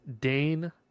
Dane